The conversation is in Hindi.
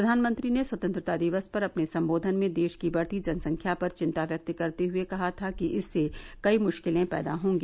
प्रधानमंत्री ने स्वतंत्रता दिवस पर अपने संबोधन में देश की बढ़ती जनसंख्या पर चिन्ता व्यक्त करते हए कहा था कि इससे कई मुश्किलें पैदा होंगी